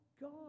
God